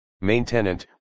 Maintenant